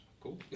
Cool